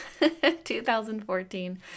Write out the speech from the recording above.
2014